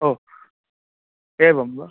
ओ एवं वा